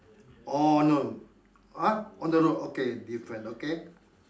oh no !huh! on the road okay different okay